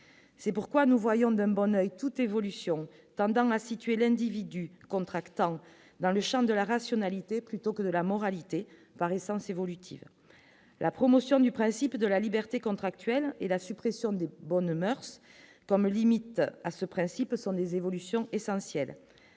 c'est pourquoi nous voyons d'un bon oeil toute évolution tendant à situer l'individu contractant dans le Champ de la rationalité plutôt que de la moralité par essence évolutive, la promotion du principe de la liberté contractuelle et la suppression de bonnes moeurs comme limite à ce principe sont des évolutions essentiel